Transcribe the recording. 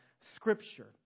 Scripture